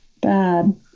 bad